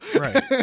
Right